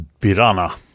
Birana